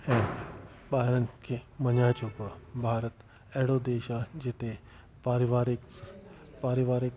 ऐं ॿारनि खे मञाए चुको आहे भारत अहिड़ो देश आहे जिते पारिवारिक पारिवारिक